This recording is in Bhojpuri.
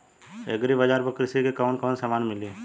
एग्री बाजार पर कृषि के कवन कवन समान मिली?